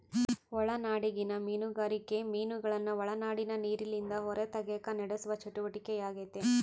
ಒಳನಾಡಿಗಿನ ಮೀನುಗಾರಿಕೆ ಮೀನುಗಳನ್ನು ಒಳನಾಡಿನ ನೀರಿಲಿಂದ ಹೊರತೆಗೆಕ ನಡೆಸುವ ಚಟುವಟಿಕೆಯಾಗೆತೆ